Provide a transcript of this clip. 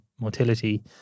motility